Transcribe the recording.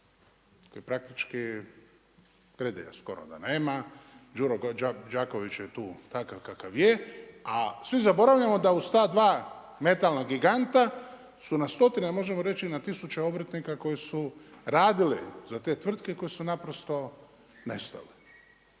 koji praktički Gredelja skoro da nema, Đuro Đaković je tu takav kakav je. A zaboravljamo da uz ta dva metalna giganta su na stotine možemo reći i na tisuće obrtnika koji su radili za te tvrtke koji su naprosto nestale.